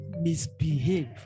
misbehave